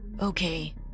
Okay